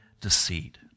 deceit